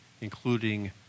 including